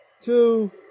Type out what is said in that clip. two